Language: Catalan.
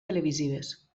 televisives